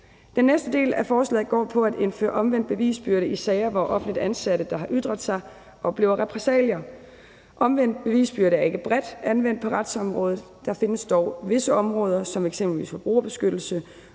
Den næste del af forslaget går på at indføre omvendt bevisbyrde i sager, hvor offentligt ansatte, der har ytret sig, oplever repressalier. Omvendt bevisbyrde er ikke bredt anvendt på retsområdet. Der findes dog visse områder som eksempelvis forbrugerbeskyttelse,